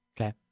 Okay